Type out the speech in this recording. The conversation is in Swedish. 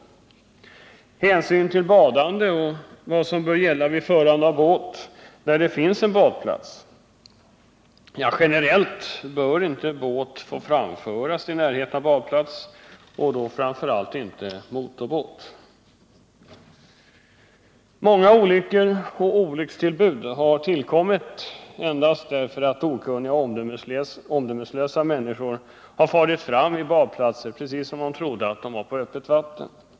Det bör också poängteras att man skall ta hänsyn till badande och tänka på vad som bör gälla vid förande av båt där det finns en badplats. Generellt bör inte båt få framföras i närhet av badplats, framför allt inte motorbåt. Många olyckor och olyckstillbud har tillkommit endast därför att okunniga och omdömeslösa människor har farit fram vid badplatser precis som om de trodde att de var på öppet vatten.